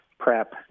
Prep